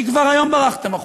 כי כבר היום ברחתם החוצה.